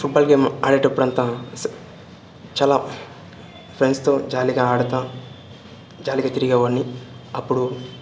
football game ఆడేటప్పుడంతా చాలా ఫ్రెండ్స్తో జాలీగా ఆడతూ జాలీగా తిరిగేవాన్ని అప్పుడు